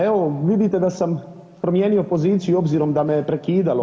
Evo vidite da sam promijenio poziciju obzirom da me je prekidalo.